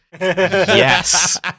Yes